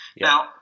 now